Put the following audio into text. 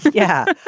yeah.